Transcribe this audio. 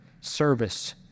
service